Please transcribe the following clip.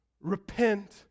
Repent